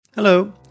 Hello